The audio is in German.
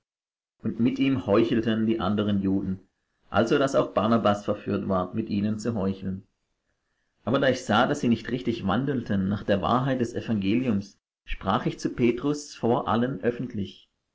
und mit ihm heuchelten die andern juden also daß auch barnabas verführt ward mit ihnen zu heucheln aber da ich sah daß sie nicht richtig wandelten nach der wahrheit des evangeliums sprach ich zu petrus vor allen öffentlich